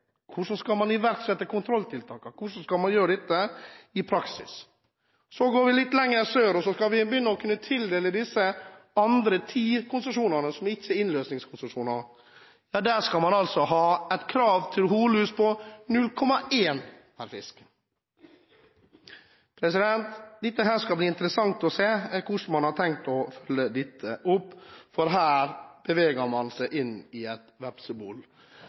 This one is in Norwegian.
Hvordan skal man iverksette kontrolltiltakene? Hvordan skal man gjøre dette i praksis? Litt lenger sør skal vi begynne å tildele disse ti andre konsesjonene, som ikke er innløsningskonsesjoner. Der skal man ha et krav om færre enn 0,1 hunnlus per fisk. Det skal bli interessant å se hvordan man har tenkt å følge dette opp for her beveger man seg inn i et vepsebol.